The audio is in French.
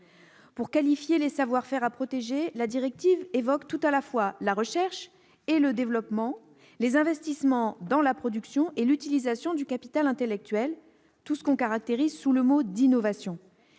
Pour qualifier les savoir-faire à protéger, la directive évoque tout à la fois la recherche et le développement, les investissements dans la production et l'utilisation du capital intellectuel, tout ce qu'on caractérise sous le mot d'« innovation